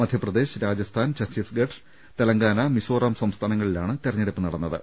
മധ്യപ്രദേശ് രാജസ്ഥാൻ ഛത്തീസ്ഗഡ് തെലങ്കാന മിസോറാം സംസ്ഥാനങ്ങളിലാണ് തെരഞ്ഞെടുപ്പ് നടന്നത്